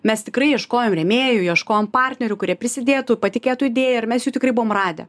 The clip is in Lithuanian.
mes tikrai ieškojom rėmėjų ieškojom partnerių kurie prisidėtų patikėtų idėja ir mes tikrai buvom radę